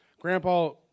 Grandpa